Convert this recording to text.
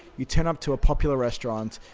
you turn up to a popular restaurant,